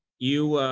you,